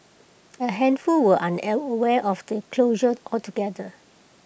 A handful were unaware of the closure altogether